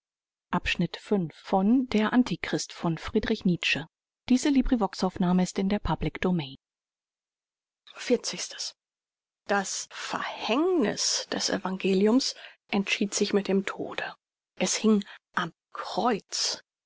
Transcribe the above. dietz das verhängnis des evangeliums entschied sich mit dem tode es hieng am kreuz